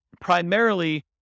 primarily